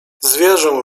zwierzę